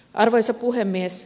arvoisa puhemies